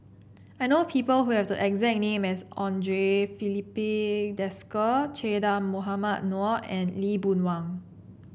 I know people who have the exact name as Andre Filipe Desker Che Dah Mohamed Noor and Lee Boon Wang